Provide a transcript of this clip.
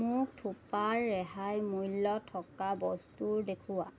মোক থোপাৰ ৰেহাই মূল্য থকা বস্তুৰ দেখুওৱা